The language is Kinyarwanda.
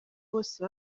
bose